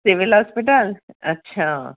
civil ਹਸਪਤਾਲ ਅੱਛਾ